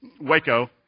Waco